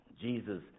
Jesus